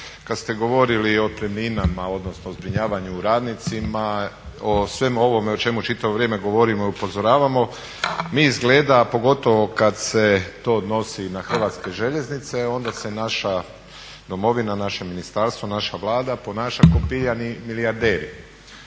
kad ste govorili o otpremninama, odnosno zbrinjavanju radnicima, o svemu ovome o čemu čitavo vrijeme govorimo i upozoravamo mi izgleda, a pogotovo kad se to odnosi na Hrvatske željeznice onda se naša Domovina, naše ministarstvo, naša Vlada ponaša ko pijani milijarderi.